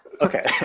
Okay